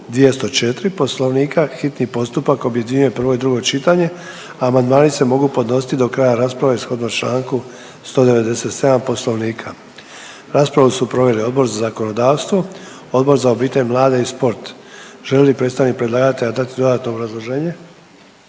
204. Poslovnika hitni postupak objedinjuje prvo i drugo čitanje, a amandmani se mogu podnositi do kraja rasprave shodno čl. 197. Poslovnika. Raspravu su proveli Odbor za zakonodavstvo, Odbor za obitelj, mlade i spor. Želi li predstavnik predlagatelja dati dodatno obrazloženje?